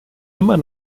immer